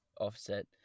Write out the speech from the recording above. offset